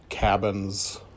Cabins